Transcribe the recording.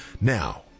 Now